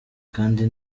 kandi